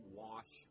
wash